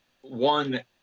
One